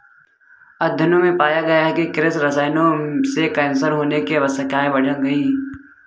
अध्ययनों में पाया गया है कि कृषि रसायनों से कैंसर होने की आशंकाएं बढ़ गई